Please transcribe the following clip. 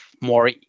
more